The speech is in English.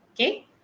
Okay